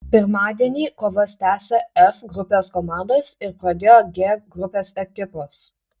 pirmadienį kovas tęsė f grupės komandos ir pradėjo g grupės ekipos